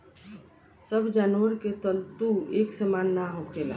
सब जानवर के तंतु एक सामान ना होखेला